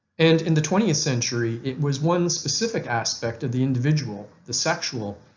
and in the twentieth century it was one specific aspect of the individual, the sexual,